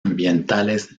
ambientales